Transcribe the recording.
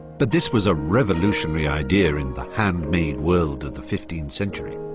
but this was a revolutionary idea in the hand-made world of the fifteenth century.